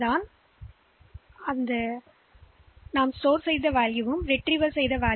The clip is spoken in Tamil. இங்கே போலவே நீங்கள் புஷ் பி செய்திருந்தால் புஷ் டி அப்படியே செய்தால்